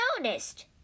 noticed